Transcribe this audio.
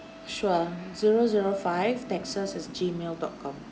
sure zero zero five texas as gmail dot com